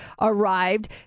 arrived